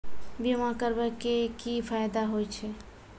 बीमा करबै के की फायदा होय छै?